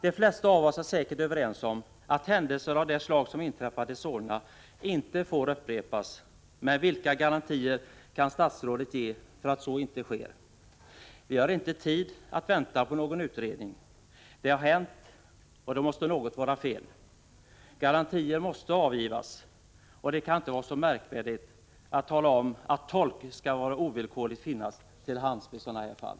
De flesta av oss är säkert överens om att händelser av det slag som inträffat i Solna inte får upprepas. Men vilka garantier kan statsrådet ge för att så inte sker? Vi har inte tid att vänta på någon utredning. Det som inte får hända har hänt, och då måste något vara fel. Garantier måste ges, och det kan inte vara så märkvärdigt att tala om att tolk ovillkorligen skall finnas till hands i sådana här fall.